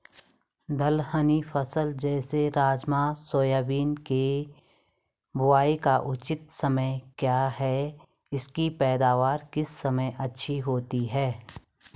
दलहनी फसलें जैसे राजमा सोयाबीन के बुआई का उचित समय क्या है इसकी पैदावार किस समय अच्छी होती है?